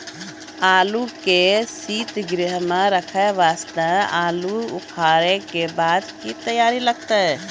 आलू के सीतगृह मे रखे वास्ते आलू उखारे के बाद की करे लगतै?